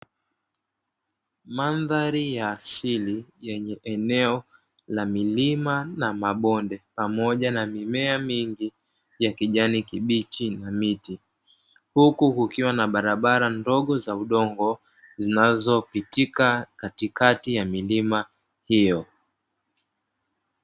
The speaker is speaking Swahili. Mandhari ya asili lenye eneo la milima na mabonde pamoja na mimea mingi ya kijani kibichi na miti, huku kukiwa na barabara ndogo za udongo zinazopitika katikati ya milima hiyo.